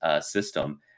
system